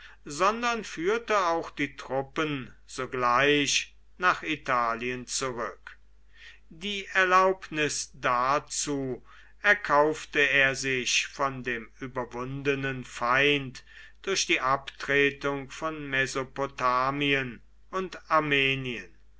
sondern führte auch die truppen sogleich nach italien zurück die erlaubnis dazu erkaufte er sich von dem überwundenen feind durch die abtretung von mesopotamien und armenien